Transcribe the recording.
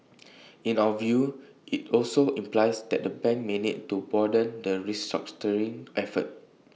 in our view IT also implies that the bank may need to broaden the restructuring effort